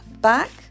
back